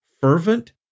fervent